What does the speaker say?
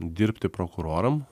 dirbti prokuroram